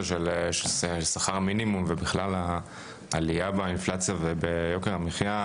של שכר מינימום ובכלל העלייה באינפלציה וביוקר המחייה,